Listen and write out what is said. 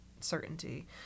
certainty